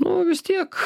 nu vis tiek